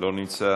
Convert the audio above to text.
אינו נוכח,